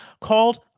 called